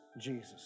Jesus